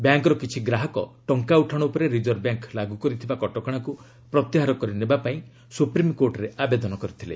ବ୍ୟାଙ୍କ୍ର କିଛି ଗ୍ରାହକ ଟଙ୍କା ଉଠାଣ ଉପରେ ରିଜର୍ଭବ୍ୟାଙ୍କ୍ ଲାଗୁ କରିଥିବା କଟକଣାକୁ ପ୍ରତ୍ୟାହାର କରିନେବା ପାଇଁ ସୁପ୍ରିମ୍କୋର୍ଟରେ ଆବେଦନ କରିଥିଲେ